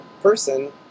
person